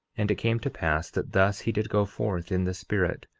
and it came to pass that thus he did go forth in the spirit,